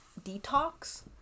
detox